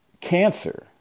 Cancer